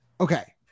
okay